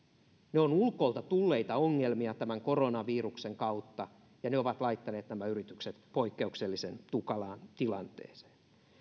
ovat ulkoa tulleita ongelmia tämän koronaviruksen kautta ja ne ovat laittaneet nämä yritykset poikkeuksellisen tukalaan tilanteeseen